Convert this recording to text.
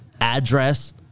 address